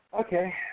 okay